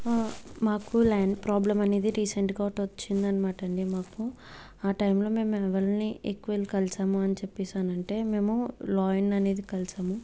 మాకు land problem అనేది రీసెంట్గా ఒకటి వచ్చింది అన్నమాట అండి మాకు ఆ టైంలో మేము ఎవరిని ఎక్కువ వెళ్ళి కలిసాము అని చెప్పేసి అని అంటే మేము లాయర్ అనేది కలిసాము